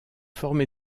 formé